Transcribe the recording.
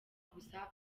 gusa